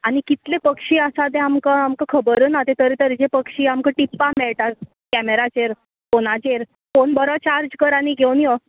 आनी कितलें पक्षीं आसा तें आमकां आमकां खबर ना तें तरे तरेचें पक्षी आमकां टिप्पाक मेळटा कॅमेराचेर फोनाचेर फोन बरो चार्ज कर आनी घेवन यो